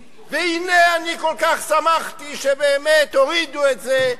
והנה, אני כל כך שמחתי שבאמת הורידו את זה.